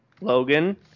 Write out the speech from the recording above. Logan